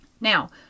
now